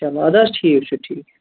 چلو اَدٕ حظ ٹھیٖک چھُ ٹھیٖک چھُ